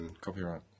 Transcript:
copyright